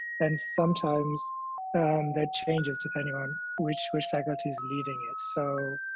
and sometimes that changes depending on which which faculty is leading it. so